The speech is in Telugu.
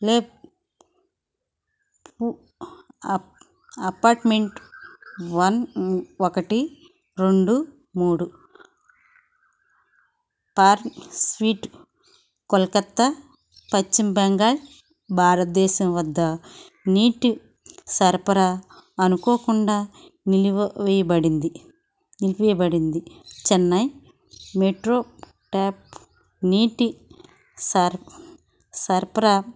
లేక్ వ్యూ అపార్ట్మెంట్ వన్ ఒకటి రెండు మూడు పార్క్ స్ట్రీట్ కొల్కత్తా పశ్చిమ బెంగాల్ భారతదేశం వద్ద నీటి సరఫరా అనుకోకుండా నిలిపివేయబడింది చెన్నై మెట్రోపాలిటన్ నీటి సర్ సరఫరా